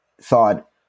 thought